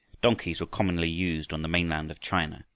donkeys were commonly used on the mainland of china,